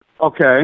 Okay